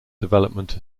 development